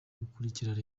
gukurikirana